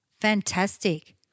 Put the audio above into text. Fantastic